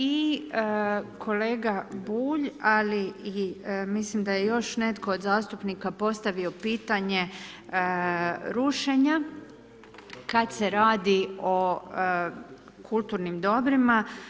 I kolega Bulj, ali mislim da je još netko od zastupnika postavio pitanje rušenja kad se radio o kulturnim dobrima.